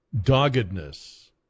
doggedness